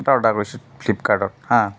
এটা অৰ্ডাৰ কৰিছোঁ ফ্লিপকাৰ্টত হা